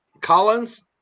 Collins